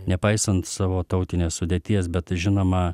nepaisant savo tautinės sudėties bet žinoma